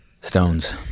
Stones